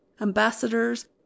ambassadors